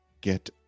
Get